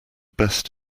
best